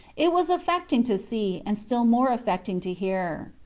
it was affecting to see, and still more affecting to hear.